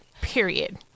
period